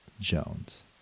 Jones